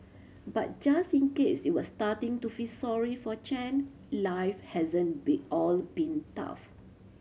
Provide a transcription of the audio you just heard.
but just in case you were starting to feel sorry for Chen life hasn't been all been tough